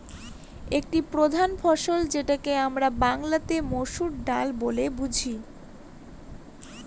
একটি প্রধান ফসল যেটাকে আমরা বাংলাতে মসুর ডাল বলে বুঝি